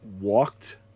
walked